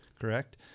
correct